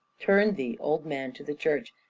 turn thee, old man, to the church,